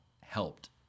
helped